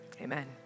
Amen